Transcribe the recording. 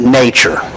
nature